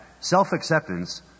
self-acceptance